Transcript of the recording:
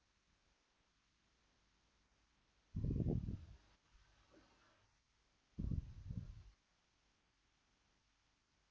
what